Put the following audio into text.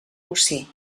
bocí